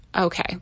Okay